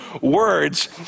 words